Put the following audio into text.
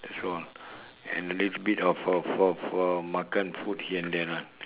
that's all and a little bit of of of makan food here and there lah